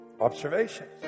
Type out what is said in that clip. observations